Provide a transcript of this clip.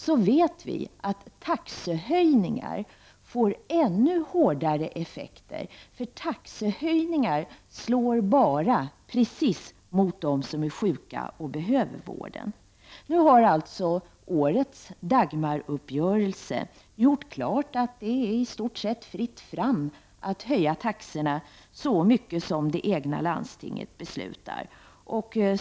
Vi vet också att taxehöjningar får ännu hårdare effekter, för taxehöjningar slår bara precis mot dem som är sjuka och behöver vården. Nu har alltså i årets Dagmaruppgörelse gjorts klart att det i stort sett är fritt fram att höja taxorna så mycket som landstinget beslutar.